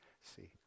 See